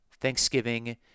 thanksgiving